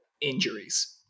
injuries